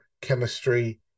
chemistry